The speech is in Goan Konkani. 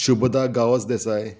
शुभदा गांवस देसाय